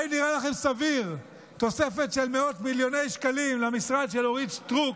האם נראה לכם סביר תוספת של מאות מיליוני שקלים למשרד של אורית סטרוק,